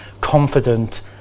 confident